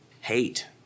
Hate